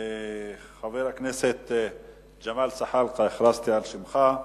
חבר הכנסת ג'מאל זחאלקה, הכרזתי על שמך.